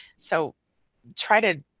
so try to.